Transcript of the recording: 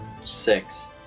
six